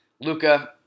Luca